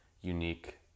unique